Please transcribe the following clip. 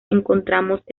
encontramos